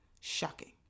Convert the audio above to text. shocking